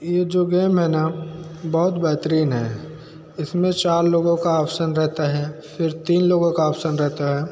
ये जो गेम है ना बहुत बेहतरीन है इसमें चार लोगों का आप्शन रहता है फिर तीन लोगों का आप्सन रहता है